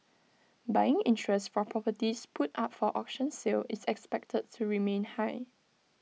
buying interest for properties put up for auction sale is expected to remain high